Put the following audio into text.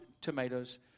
tomatoes